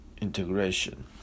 integration